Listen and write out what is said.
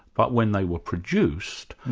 but when they were produced,